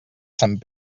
sant